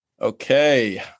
Okay